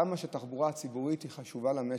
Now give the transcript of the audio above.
כמה שהתחבורה הציבורית חשובה למשק.